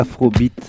Afrobeat